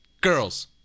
Girls